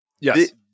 Yes